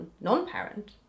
non-parent